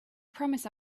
promise